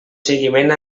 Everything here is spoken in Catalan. seguiment